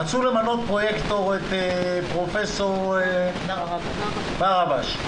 רצו למנות פרויקטור, את פרופ' ברבש.